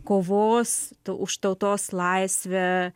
kovos už tautos laisvę